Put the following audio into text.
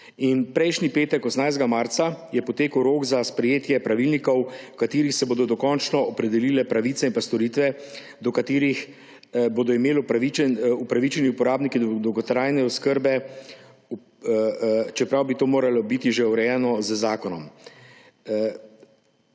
V petek, 18. marca, je potekel rok za sprejetje pravilnikov, v katerih se bodo dokončno opredelile pravice in storitve, do katerih bodo upravičeni uporabniki dolgotrajne oskrbe, čeprav bi to moralo biti urejeno že z zakonom.